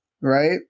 Right